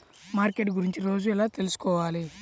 Market గురించి రోజు ఎలా తెలుసుకోవాలి?